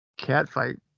Catfight